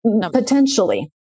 potentially